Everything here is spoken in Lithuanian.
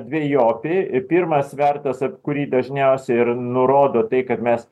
dvejopi pirma svertas apie kurį dažniausiai ir nurodo tai kad mes